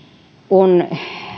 on